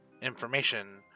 information